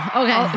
okay